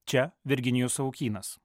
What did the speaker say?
čia virginijus savukynas